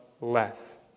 less